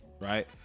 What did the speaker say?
right